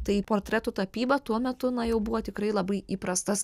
tai portretų tapyba tuo metu na jau buvo tikrai labai įprastas